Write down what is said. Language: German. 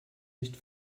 nicht